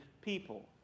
people